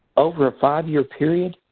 over five-year period,